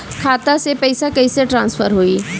खाता से पैसा कईसे ट्रासर्फर होई?